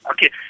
Okay